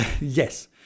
yes